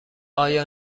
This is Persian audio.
آیا